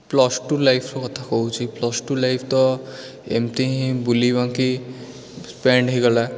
plus two ଲାଇଫ୍ର କଥା କହୁଛି ପ୍ଲୁସ୍ ଟୁ ଲାଇଫ୍ ତ ଏମିତି ହିଁ ବୁଲି ବାଙ୍କି ସ୍ପେଣ୍ଡ୍ ହୋଇଗଲା